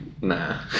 nah